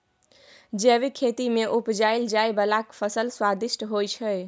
जैबिक खेती मे उपजाएल जाइ बला फसल स्वादिष्ट होइ छै